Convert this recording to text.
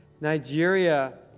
Nigeria